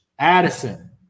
Addison